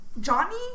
Johnny